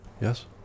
Yes